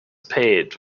paved